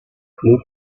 club